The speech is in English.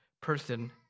person